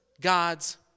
God's